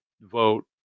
vote